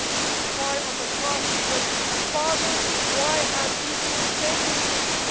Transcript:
this is why on the cross he says, father why have you forsaken me